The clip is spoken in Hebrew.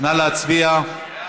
נא להצביע.